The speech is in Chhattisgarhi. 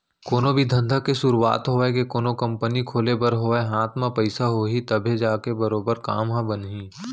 कोनो भी धंधा के सुरूवात होवय के कोनो कंपनी खोले बर होवय हाथ म पइसा होही तभे जाके बरोबर काम ह बनही